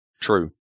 True